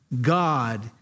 God